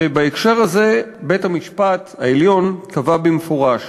ובהקשר הזה בית-המשפט העליון קבע במפורש,